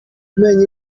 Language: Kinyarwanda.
menya